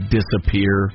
disappear